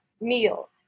meal